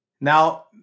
Now